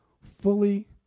fully